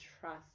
trust